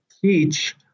teach